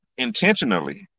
Intentionally